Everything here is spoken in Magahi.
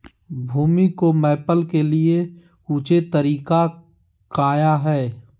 भूमि को मैपल के लिए ऊंचे तरीका काया है?